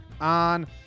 on